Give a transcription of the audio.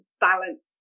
balance